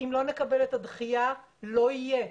אם לא נקבל את הדחייה לא יהיה,